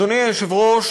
אדוני היושב-ראש,